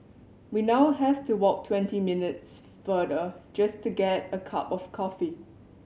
we now have to walk twenty minutes farther just to get a cup of coffee